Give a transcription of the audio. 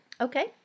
Okay